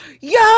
Yo